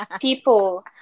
people